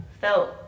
felt